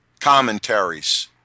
commentaries